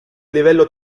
livello